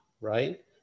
right